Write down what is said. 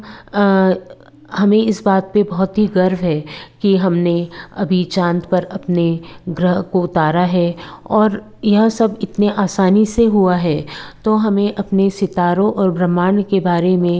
हमें इस बात पर बहुत ही गर्व है कि हमने अभी चाँद पर अपने ग्रह को उतारा है और यह सब इतनी आसानी से हुआ है तो हमें अपने सितारों और ब्रह्मांड के बारे में